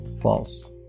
false